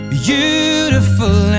beautiful